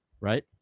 right